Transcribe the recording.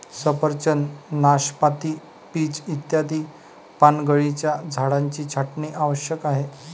सफरचंद, नाशपाती, पीच इत्यादी पानगळीच्या झाडांची छाटणी आवश्यक आहे